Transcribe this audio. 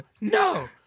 no